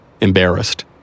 embarrassed